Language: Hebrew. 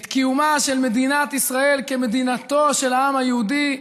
את קיומה של מדינת ישראל כמדינתו של העם היהודי,